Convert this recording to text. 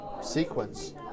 sequence